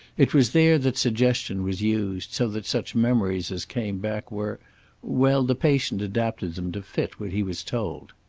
it was there that suggestion was used, so that such memories as came back were well, the patient adapted them to fit what he was told.